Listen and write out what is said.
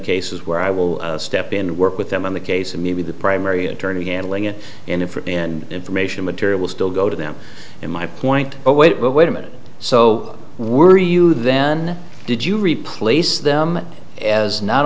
where i will step in and work with them on the case and may be the primary attorney handling it and if in information material will still go to them in my point but wait but wait a minute so were you then did you replace them as not